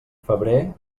febrer